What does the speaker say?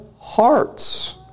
hearts